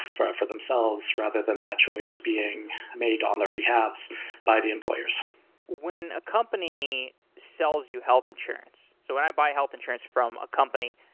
for for themselves, rather than that choice being made on their behalves by the employers when a company sells you health insurance, so when i buy health insurance from a company,